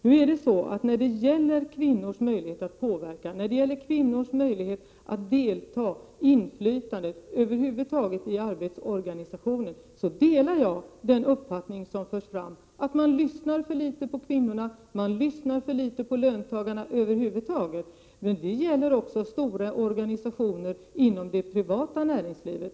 När det gäller kvinnors möjlighet att påverka, delta och över huvud taget ha ett inflytande i arbetsorganisationen ansluter jag mig till den uppfattning som har förts fram om att man lyssnar för litet på kvinnorna. Man lyssnar för litet på löntagarna, över huvud taget. Detta gäller även för stora organisationer inom det privata näringslivet.